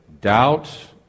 doubt